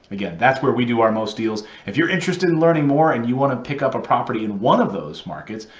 again, that's where we do our most deals. if you're interested in learning more, and you want to pick up a property in one of those markets,